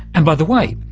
and by the way,